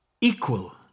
equal